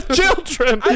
children